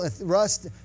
rust